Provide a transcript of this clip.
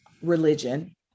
religion